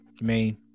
Main